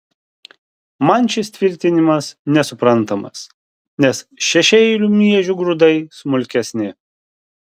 man šis tvirtinimas nesuprantamas nes šešiaeilių miežių grūdai smulkesni